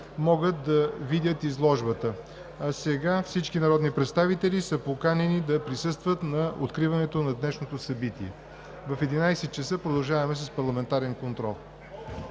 могат да видят изложбата. А сега, всички народни представители са поканени да присъстват на откриването на днешното събитие. В 11,00 ч. продължаваме с парламентарен контрол.